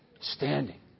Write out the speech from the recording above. Standing